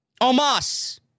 Omas